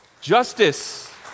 Justice